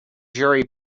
jury